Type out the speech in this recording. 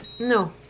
No